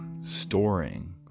storing